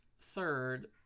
third